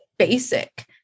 Basic